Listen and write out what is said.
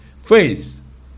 faith